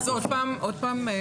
עוד פעם.